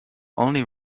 only